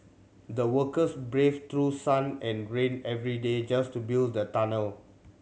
the workers braved through sun and rain every day just to build the tunnel